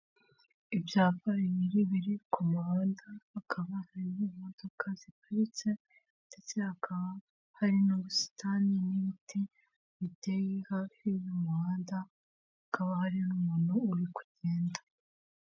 Ibyapa bibiri biri kumuhanda hakaba harimo imodoka ziparitse, ndetse hakaba hari n'ubusitani, n'ibiti biteye hafi y’umuhanda hakaba hari umuntu uri kugenda.